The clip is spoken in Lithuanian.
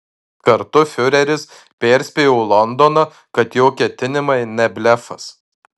kartu fiureris perspėjo londoną kad jo ketinimai ne blefas